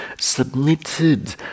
submitted